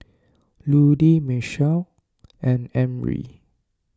Ludie Michell and Emry